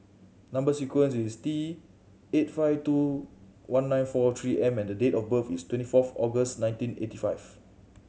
number sequence is T eight five two one nine four Three M and date of birth is twenty fourth August nineteen eighty five